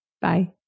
Bye